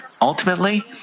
Ultimately